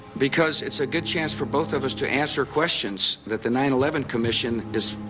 because it's a good chance for both of us to answer questions that the nine eleven commission is